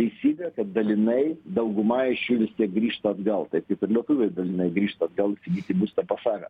teisybė kad dalinai dauguma iš jų vis tiek grįžta atgal taip kaip ir lietuviai dalinai grįžta atgal įsigyti būstą pas save